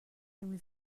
نمی